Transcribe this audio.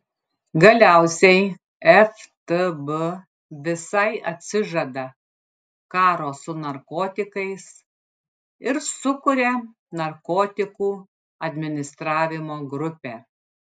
galiausiai ftb visai atsižada karo su narkotikais ir sukuria narkotikų administravimo grupę